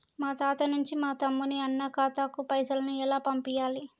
మా ఖాతా నుంచి మా తమ్ముని, అన్న ఖాతాకు పైసలను ఎలా పంపియ్యాలి?